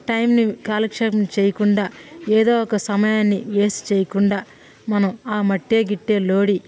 టైంని కాలక్షేపం చేయకుండా ఎదో ఒక సమయాన్ని వేస్ట్ చేయకుండా మనం ఆ మట్టే గిట్టే లోడి